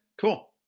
cool